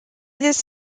this